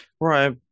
Right